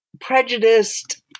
prejudiced